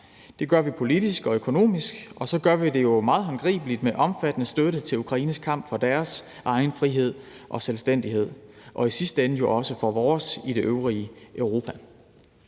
Det gør vi politisk og økonomisk, og så gør vi det jo meget håndgribeligt med omfattende støtte til Ukraines kamp for deres egen frihed og selvstændighed og i sidste ende jo også for vores i det øvrige Europa.